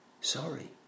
Sorry